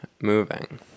moving